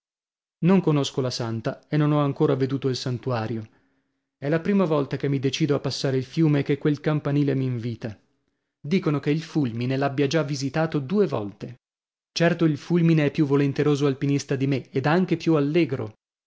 non conosco la santa e non ho ancora veduto il santuario è la prima volta che mi decido a passare il fiume e che quel campanile m'invita dicono che il fulmine l'abbia già visitato due volte certo il fulmine è più volenteroso alpinista di me ed anche più allegro